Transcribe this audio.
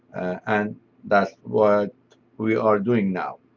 and that's what we are doing now.